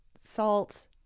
salt